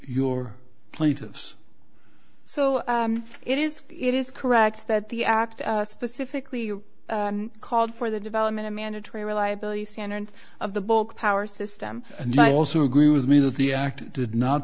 your plaintiffs so it is it is correct that the act specifically called for the development of mandatory reliability standards of the book power system and i also agree with me that the act did not